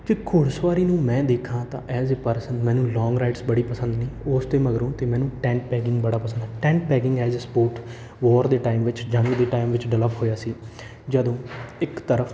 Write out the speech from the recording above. ਅਤੇ ਘੋੜਸਵਾਰੀ ਨੂੰ ਮੈਂ ਦੇਖਾਂ ਤਾਂ ਐਜ ਏ ਪਰਸਨ ਮੈਨੂੰ ਲੋਂਗ ਰਾਈਟਸ ਬੜੀ ਪਸੰਦ ਨੇ ਉਸ ਤੋਂ ਮਗਰੋ ਅਤੇ ਮੈਨੂੰ ਟੈਂਟ ਪੈੱਗਿੰਗ ਬੜਾ ਪਸੰਦ tent pegging as sport war ਦੇ ਟਾਈਮ ਵਿੱਚ ਜੰਗ ਦੇ ਟਾਈਮ ਵਿੱਚ ਡਿਵੈਲਪ ਹੋਇਆ ਸੀ ਜਦੋਂ ਇੱਕ ਤਰਫ਼